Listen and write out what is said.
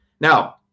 Now